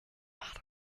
matter